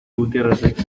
gutierrezek